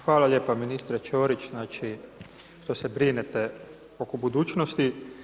Hvala lijepa ministre Ćorić, znači, što se brinete oko budućnosti.